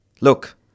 Look